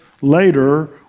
later